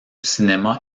cinéma